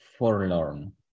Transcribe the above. Forlorn